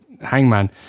Hangman